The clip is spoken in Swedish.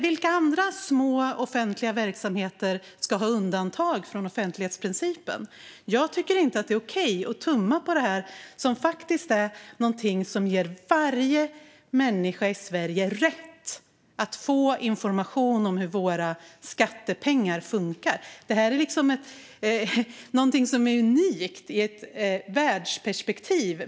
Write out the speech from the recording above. Vilka andra små offentliga verksamheter ska ha undantag från offentlighetsprincipen? Jag tycker inte att det är okej att tumma på det som faktiskt ger varje människa i Sverige rätt att få information om hur våra skattepengar används. Den offentlighetsprincip vi har är unik i ett världsperspektiv.